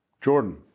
Jordan